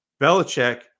Belichick